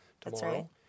tomorrow